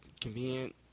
convenient